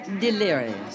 Delirious